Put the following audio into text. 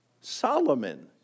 Solomon